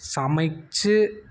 சமைச்சு